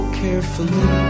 carefully